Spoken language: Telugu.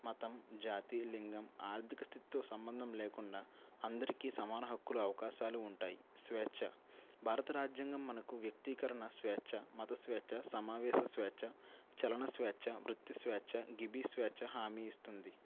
మతం జాతి లింగం ఆర్థిక స్థితితో సంబంధం లేకుండా అందరికీ సమాన హక్కుల అవకాశాలు ఉంటాయి స్వేచ్ఛ భారత రాజ్యాంగం మనకు వ్యక్తీకరణ స్వేచ్ఛ మత స్వేచ్ఛ సమావేశ స్వేచ్ఛ చలన స్వేచ్ఛ వృత్తి స్వేచ్ఛ గిబి స్వేచ్ఛ హామీ ఇస్తుంది